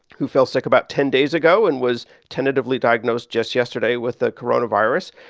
who felt sick about ten days ago and was tentatively diagnosed just yesterday with the coronavirus.